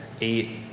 eight